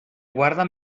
guarda